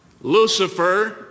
Lucifer